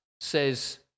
says